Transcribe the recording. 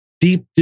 deep